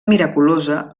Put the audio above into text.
miraculosa